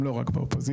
גם לא רק באופוזיציה.